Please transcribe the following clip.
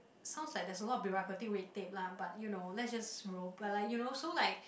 sounds like there's a lot of bureaucraty red tape lah but you know let's just but like you know so like